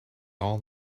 all